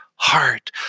heart